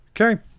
Okay